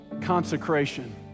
Consecration